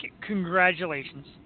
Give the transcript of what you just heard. congratulations